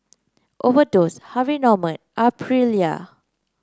Overdose Harvey Norman Aprilia